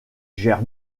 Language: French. gère